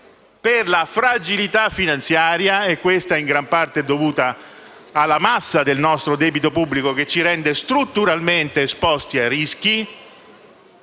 Per la fragilità finanziaria, in gran parte dovuta alla massa del nostro debito pubblico, che ci rende strutturalmente esposti a rischi;